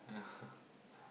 yeah